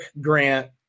Grant